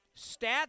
stats